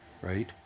right